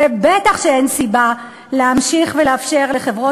ובטח שאין סיבה להמשיך לאפשר לחברות